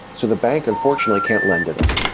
so the bank unfortunately can't lend to them.